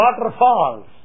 waterfalls